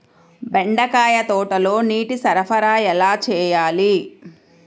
బెండకాయ తోటలో నీటి సరఫరా ఎలా చేయాలి?